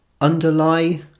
underlie